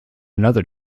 another